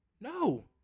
No